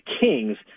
Kings